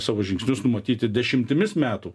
savo žingsnius numatyti dešimtimis metų